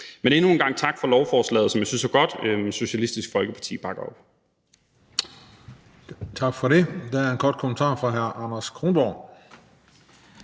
Men endnu en gang tak for lovforslaget, som jeg synes er godt. Socialistisk Folkeparti bakker op om det. Kl. 11:01 Den fg. formand